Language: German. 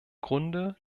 grunde